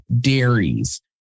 dairies